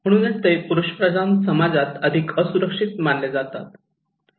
म्हणूनच ते पुरुषप्रधान समाजात अधिक असुरक्षित मानले जातात